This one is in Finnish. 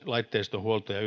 laitteiston huolto ja